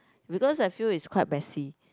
because I feel is quite messy